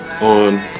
on